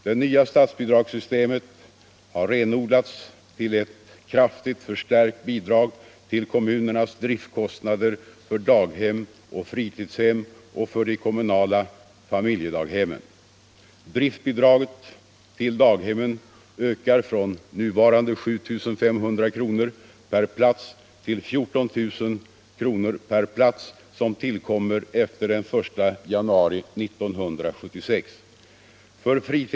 Det nya statsbidragssystemet har renodlats till ett kraftigt förstärkt bidrag till kommunernas driftkostnader för daghem och fritidshem och för de kommunala familjedaghemmen.